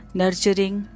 nurturing